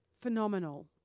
phenomenal